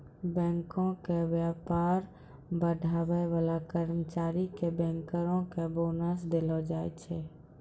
बैंको के व्यापार बढ़ाबै बाला कर्मचारी के बैंकरो के बोनस देलो जाय छै